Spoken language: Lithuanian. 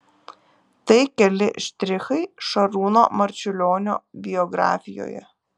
tai keli štrichai šarūno marčiulionio biografijoje